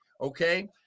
okay